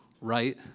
right